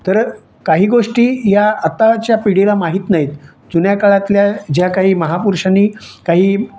तर काही गोष्टी या आताच्या पिढीला माहीत नाहीत जुन्या काळातल्या ज्या काही महापुरुषांनी काही